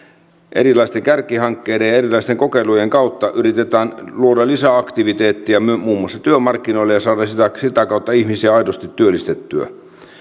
erilaisten kärkihankkeiden ja erilaisten kokeilujen kautta yritetään luoda lisäaktiviteettia muun muassa työmarkkinoille ja saada sitä kautta ihmisiä aidosti työllistettyä